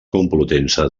complutense